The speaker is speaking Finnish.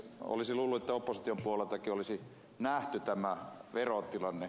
olisi luullut että opposition puoleltakin olisi nähty tämä verotilanne